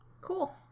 Cool